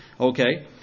okay